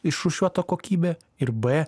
išrūšiuota kokybė ir b